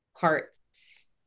parts